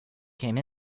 came